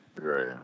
Right